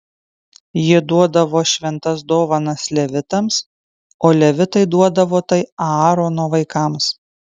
jie duodavo šventas dovanas levitams o levitai duodavo tai aarono vaikams